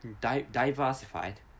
diversified